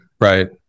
right